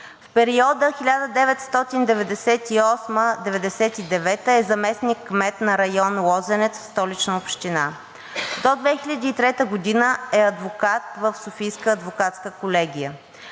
В периода 1998 – 1999 г. е заместник-кмет на район „Лозенец“ в Столична община. До 2003 г. е адвокат в Софийската адвокатска колегия.